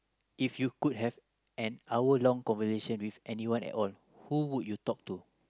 if you could have an hour long conversation with anyone at all who would you talk to